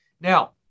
Now